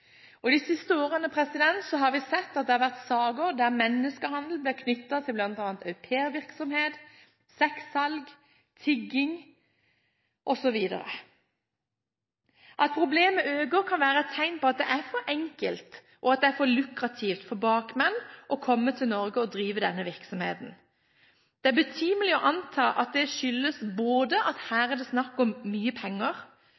og de siste årene har vi sett at det har vært saker der menneskehandel blir knyttet til bl.a. aupairvirksomhet, sexsalg, tigging osv. At problemet øker, kan være et tegn på at det er for enkelt og for lukrativt for bakmenn å komme til Norge og drive denne virksomheten. Det er betimelig å anta at det skyldes at